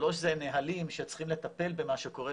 שלוש, זה נהלים שצריכים לטפל במה שקורה.